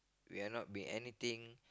we are not being anything